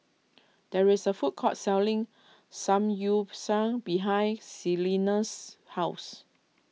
there is a food court selling Samgyeopsal behind Celina's house